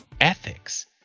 ethics